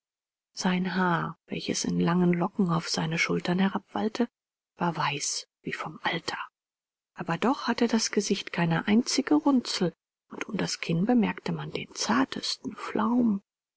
sein haar welches in langen locken auf seine schultern herabwallte war weiß wie vom alter aber doch hatte das gesicht keine einzige runzel und um das kinn bemerkte man den zartesten flaum